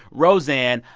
roseanne.